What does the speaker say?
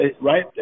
right